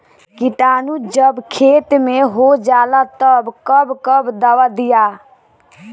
किटानु जब खेत मे होजाला तब कब कब दावा दिया?